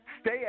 Stay